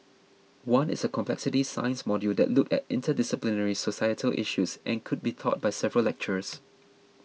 one is a complexity science module that looks at interdisciplinary societal issues and could be taught by several lecturers